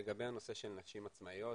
לגבי הנושא של נשים עצמאיות.